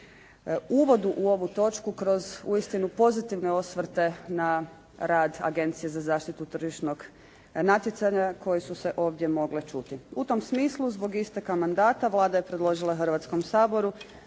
uvodu u ovu točku kroz uistinu pozitivne osvrte na rad Agencije za zaštitu tržišnog natjecanja koji su se ovdje mogli čuti. U tom smislu zbog isteka mandata Vlada je predložila Hrvatskom saboru